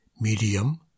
medium